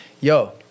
yo